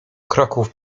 kroków